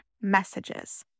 messages